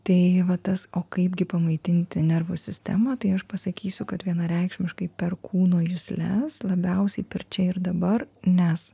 tai va tas o kaip gi pamaitinti nervų sistemą tai aš pasakysiu kad vienareikšmiškai per kūno jusles labiausiai per čia ir dabar nes